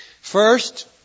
First